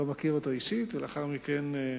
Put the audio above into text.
לא מכיר אותו אישית, ולאחר מכן,